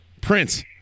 Prince